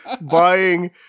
buying